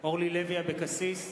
אורלי לוי אבקסיס,